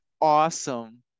awesome